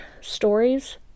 stories